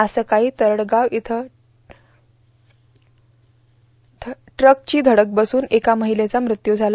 आज सकाळी तरडगाव इथं ट्रकरी धडक बसून एका महिलेचा मृत्यू झाला